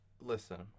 Listen